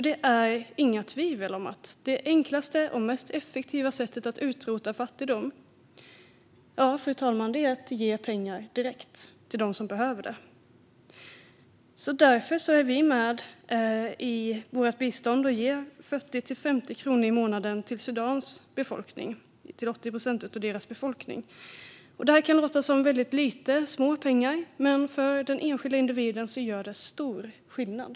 Det råder inga tvivel om att det enklaste och mest effektiva sättet att utrota fattigdom är att ge pengar direkt till dem som behöver pengarna. Därför ger vi i vårt bistånd 40-50 kronor per person i månaden till 80 procent av Sudans befolkning. Detta kan låta som småpengar, men för den enskilda individen gör de stor skillnad.